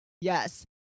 Yes